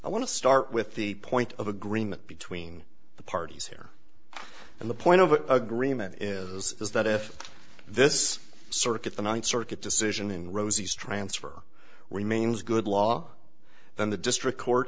i want to start with the point of agreement between the parties here and the point of agreement is is that if this circuit the ninth circuit decision in rosie's transfer remains good law then the district court